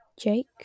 Jake